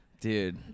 Dude